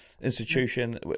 institution